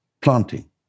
planting